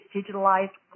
digitalized